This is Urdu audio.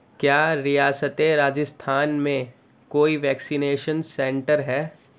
کیا ریاست راجستھان میں کوئی ویکسینیشن سنٹر ہے